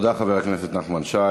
תודה, חבר הכנסת נחמן שי.